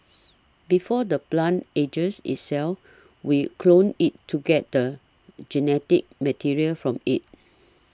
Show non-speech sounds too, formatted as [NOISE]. before the plant ages itself we clone it to get the [NOISE] genetic material from it